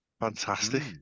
fantastic